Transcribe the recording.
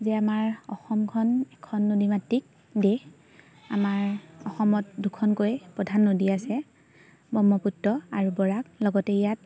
যে আমাৰ অসমখন এখন নদী মাতৃক দেশ আমাৰ অসমত দুখনকৈ প্ৰধান নদী আছে ব্ৰহ্মপুত্ৰ আৰু বৰাক লগতে ইয়াত